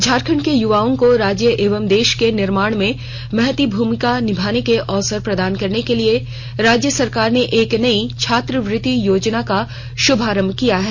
झारखण्ड के युवाओं को राज्य एवं देश के निर्माण में महती भूमिका निभाने के अवसर प्रदान करने के लिए राज्य सरकार ने एक नयी छात्रवृत्ति योजना का शुभारंभ किया है